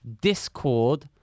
Discord